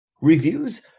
Reviews